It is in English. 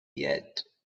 yet